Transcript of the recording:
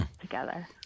together